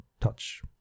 touch